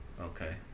Okay